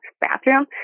bathroom